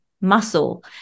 muscle